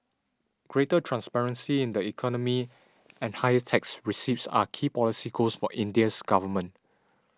greater transparency in the economy and higher tax receipts are key policy goals for India's government